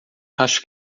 acho